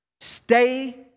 Stay